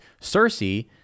Cersei